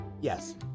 yes